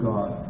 God